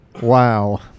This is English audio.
Wow